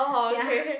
ya